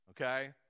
Okay